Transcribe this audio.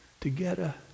Together